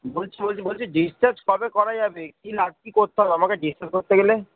বলছি বলছি বলছি ডিসচার্জ কবে করা যাবে কি না কী করতে হবে আমাকে ডিসচার্জ করতে গেলে